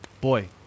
boy